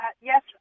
Yes